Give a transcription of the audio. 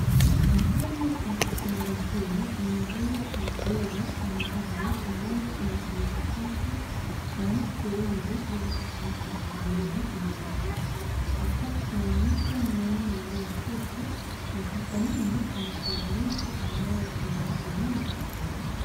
Mfumo wa teknolojia ni njia bora na mbadala ambayo inatumika sasa na watu wengi ili kupata elimu inayofaa. Hapa tunaonyeshwa mwanaume aliyeketi na mkononi ana tablet ambayo anaitumia kusoma.